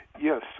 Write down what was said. Yes